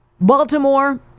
Baltimore